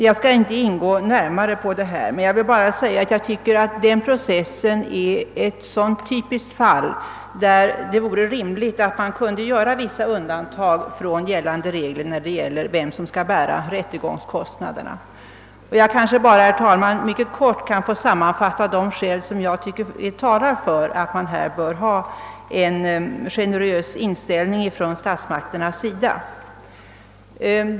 Jag skall inte gå närmare in på detta spörsmål, men jag vill säga att jag tycker att denna process är ett typiskt fall, där det vore rimligt att vissa undantag kunde göras från gällande regler om vilken part som skall bära rättegångskostnaderna. Låt mig bara, herr talman, mycket kort sammanfatta de skäl, som jag tycker talar för att man i detta fall bör ha en generös inställning från statsmakternas sida.